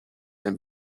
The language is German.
dem